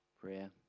prayer